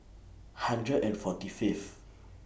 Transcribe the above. hundred and forty Fifth